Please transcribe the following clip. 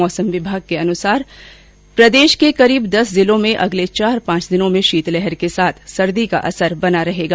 मौसम विभाग के अनुसार प्रदेश के करीब दस जिलों में अगले चार पांच दिनों में शीतलहर के साथ सर्दी का असर बना रहेगा